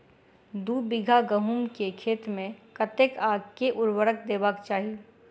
दु बीघा गहूम केँ खेत मे कतेक आ केँ उर्वरक देबाक चाहि?